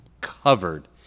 covered